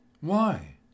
Why